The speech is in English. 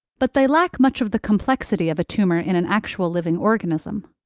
but they lack much of the complexity of a tumor in an actual living organism.